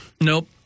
Nope